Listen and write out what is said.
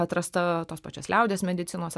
atrasta tos pačios liaudies medicinos